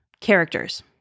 characters